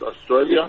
Australia